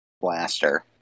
blaster